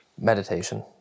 meditation